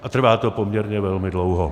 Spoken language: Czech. A trvá to poměrně velmi dlouho.